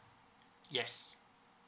yes